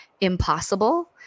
impossible